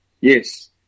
Yes